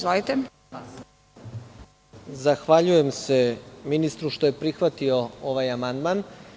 Zahvaljujem se ministru što je prihvatio ovaj amandman.